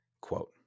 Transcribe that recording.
Quote